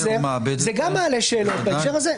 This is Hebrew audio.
זה גם מעלה שאלות בהקשר הזה.